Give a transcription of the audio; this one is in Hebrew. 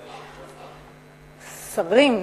השרים.